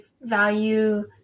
value